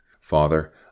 Father